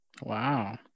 wow